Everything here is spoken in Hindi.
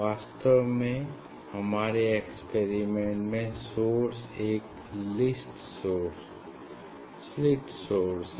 वास्तव में हमारे एक्सपेरिमेंट में सोर्स एक स्लिट सोर्स है